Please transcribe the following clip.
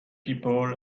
people